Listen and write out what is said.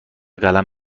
قلم